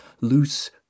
loose